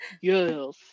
yes